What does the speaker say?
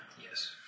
Yes